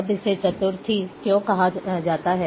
अब इसे चतुर्थी क्यों कहा जाता है